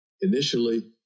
Initially